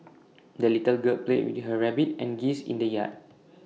the little girl played with her rabbit and geese in the yard